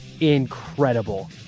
Incredible